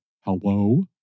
hello